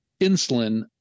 insulin